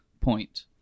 point